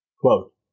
Quote